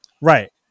Right